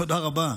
תודה רבה,